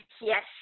yes